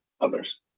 others